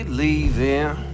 leaving